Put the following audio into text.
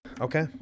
Okay